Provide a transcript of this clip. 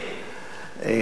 אדוני היושב-ראש,